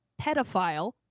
pedophile